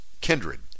kindred